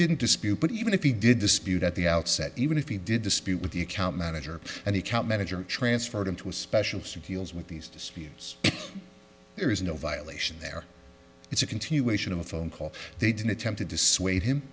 didn't dispute but even if he did dispute at the outset even if he did dispute with the account manager and he can't manage or transfer them to a special secure as with these disputes there is no violation there it's a continuation of a phone call they didn't attempt to dissuade him